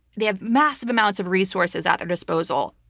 they have massive amounts of resources at their disposal,